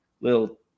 little